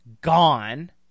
gone